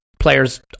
players